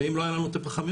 ואם לא היה לנו את הפחמיות,